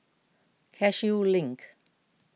Cashew Link